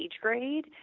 grade